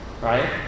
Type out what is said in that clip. Right